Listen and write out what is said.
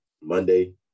Monday